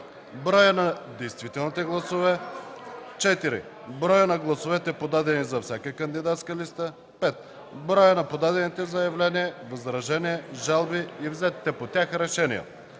броят на действителните гласове; 4. броят на гласовете, подадени за всяка кандидатска листа; 5. броят на подадените заявления, възражения, жалби и взетите по тях решения.